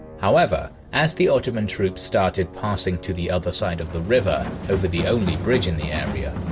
however, as the ottoman troops started passing to the other side of the river over the only bridge in the area,